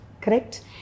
correct